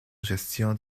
gestion